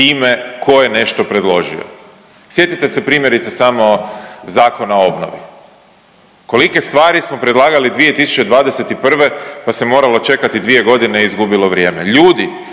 time ko je nešto predložio. Sjetite se primjerice samo Zakona o obnovi, kolike stvari smo predlagali 2021., pa se moralo čekati 2.g. i izgubilo vrijeme.